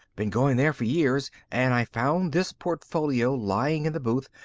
been going there for years. and i found this portfolio laying in the booth.